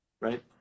right